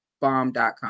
bomb.com